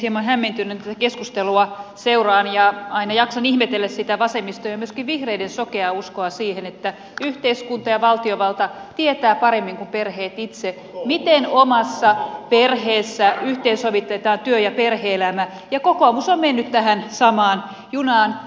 hieman hämmentyneenä tätä keskustelua seuraan ja aina jaksan ihmetellä sitä vasemmiston ja myöskin vihreiden sokeaa uskoa siihen että yhteiskunta ja valtiovalta tietävät paremmin kuin perheet itse miten omassa perheessä yhteensovitetaan työ ja perhe elämä ja kokoomus on mennyt tähän samaan junaan